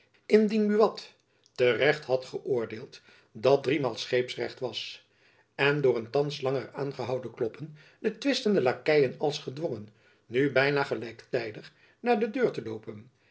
buat te recht had geöordeeld dat driemaal scheepsrecht was en door een thands langer aangehouden kloppen de twistende lakeien als gedwongen nu byna gelijktijdig naar de deur te loopen